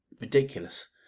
ridiculous